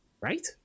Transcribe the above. right